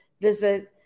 visit